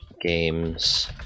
Games